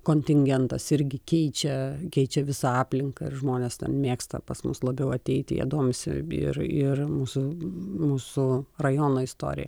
kontingentas irgi keičia keičia visą aplinką žmonės mėgsta pas mus labiau ateiti jie domisi ir ir mūsų mūsų rajono istorija